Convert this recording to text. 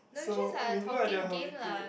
so we have no idea how we play it